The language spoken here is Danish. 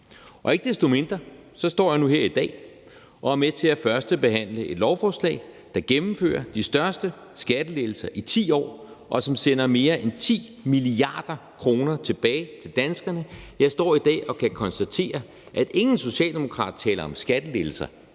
Ikke desto mindre står jeg nu her i dag og er med til at førstebehandle et lovforslag, der gennemfører de største skattelettelser i 10 år, og som sender mere end 10 mia. kr. tilbage til danskerne. Jeg står i dag og kan konstatere, at ingen socialdemokrater taler om skattelettelser